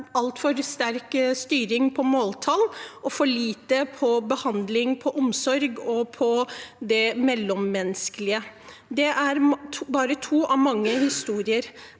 altfor sterk styring på måltall og for lite på behandling, på omsorg og på det mellommenneskelige. Dette er bare to av mange historier.